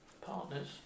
partners